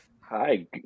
Hi